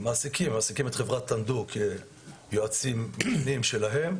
הם מעסיקים את חברת 'טנדו' כיועצים שלהם,